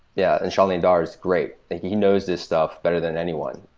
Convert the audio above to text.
yeah and shailin dhar is great. he knows this stuff better than anyone,